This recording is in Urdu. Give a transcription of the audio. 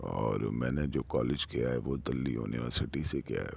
اور میں نے جو کالج کیا ہے وہ دہلی یونیورسٹی سے کیا ہے